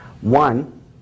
one